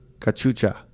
Cachucha